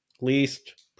Least